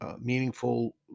meaningful